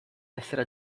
essere